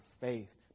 faith